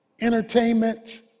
entertainment